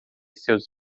seus